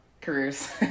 careers